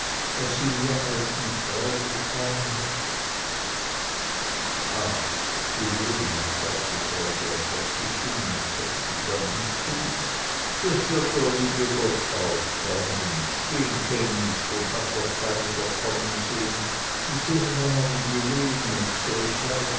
was sie mir alten frau getan hat ah die lene sagte frau dörr vor sich hin und setzte dann hinzu das wird der liebe gott auch frau nimptsch den kenn ich und habe noch keine verkommen sehn die so war wie die lene und solch